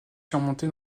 surmonté